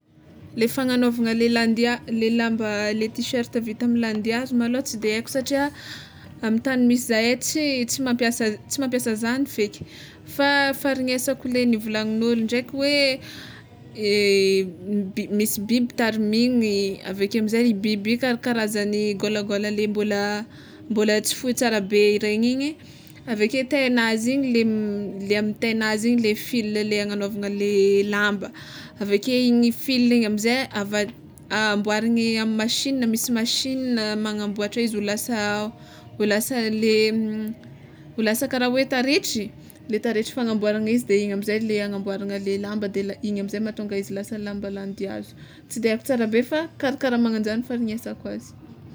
Le fagnanaovana le landih- le lamba le tiserta vita amy landihazo malôha tsy de aiko satria amy tany misy zahay tsy tsy mampiasa tsy mampiasa zagny feky fa ny faharignesako le nivolanin'olo ndraiky hoe misy biby tariminy aveke amizay i biby io karakarazany gôlagôla le mbola mbola tsy foy tsara be regny igny aveke tegna zigny le amy tainazy igny le fil le hagnaovana le lamba, aveke igny fil igny amizay avadik- amboariny amy machine misy machine magnamboatra izy ho lasa ho lasa le ho lasa kara hoe taretry le taretry fagnamboarana izy de igny amizay le agnamboarana le lamba de igny amizay mahatonga izy lasa lamba landihazo, tsy de aiko tsara be fa karakara magnagno zany faharinesako azy.